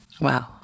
Wow